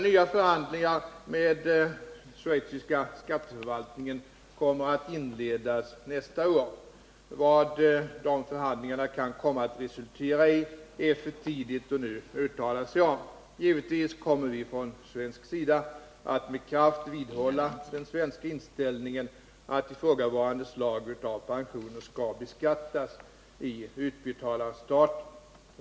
Nya förhandlingar med schweiziska skatteförvaltningen kommer att inledas nästa år. Vad dessa förhandlingar kan komma att resultera i är för tidigt att nu uttala sig om. Givetvis kommer vi från svensk sida att med kraft vidhålla den svenska inställningen att ifrågavarande slag av pensioner skall beskattas i utbetalarstaten.